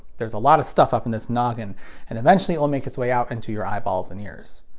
there's a lot of stuff up in this noggin and eventually it will make its way out and to your eyeballs and ears.